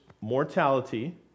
mortality